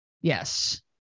Yes